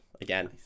again